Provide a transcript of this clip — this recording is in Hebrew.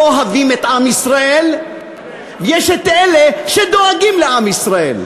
אוהבים את עם ישראל ויש אלה שדואגים לעם ישראל.